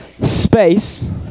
space